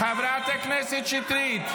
חברת הכנסת שטרית.